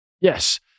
yes